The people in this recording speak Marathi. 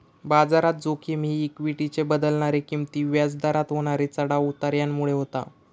बाजारात जोखिम ही इक्वीटीचे बदलणारे किंमती, व्याज दरात होणारे चढाव उतार ह्यामुळे होता